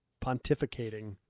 pontificating